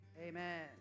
amen